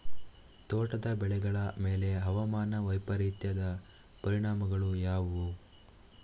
ತೋಟದ ಬೆಳೆಗಳ ಮೇಲೆ ಹವಾಮಾನ ವೈಪರೀತ್ಯದ ಪರಿಣಾಮಗಳು ಯಾವುವು?